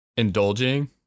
indulging